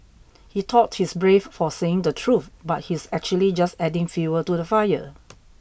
he thought he's brave for saying the truth but he's actually just adding fuel to the fire